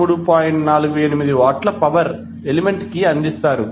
48 వాట్ల power element కి అందిస్తారు